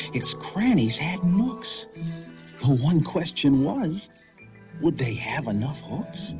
its crannies had nooks. the one question was would they have enough hooks?